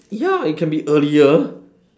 ya it can be earlier